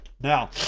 now